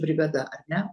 brigada ar ne